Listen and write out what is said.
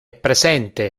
presente